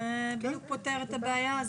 זה בדיוק פותר את הבעיה.